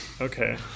okay